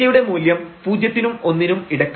θ യുടെ മൂല്യം പൂജ്യത്തിനും ഒന്നിനും ഇടക്കാണ്